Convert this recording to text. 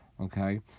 Okay